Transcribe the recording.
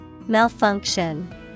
Malfunction